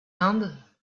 inde